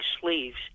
sleeves